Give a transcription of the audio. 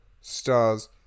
stars